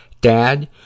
Dad